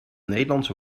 nederlandse